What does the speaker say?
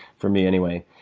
for me anyway.